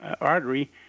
artery